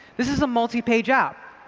this is a multi-page app.